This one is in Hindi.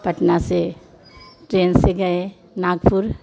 पटना से ट्रेन से गए नागपुर